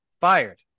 fired